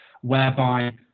whereby